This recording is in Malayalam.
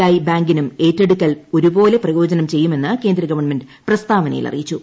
ഐ ബാങ്കിനും ഏറ്റെടുക്കൽ ഒരുപോലെ പ്രയോജനം ചെയ്യുമെന്ന് കേന്ദ്രഗവൺമെന്റ് പ്രസ്താവനയിൽ അറിയിച്ചു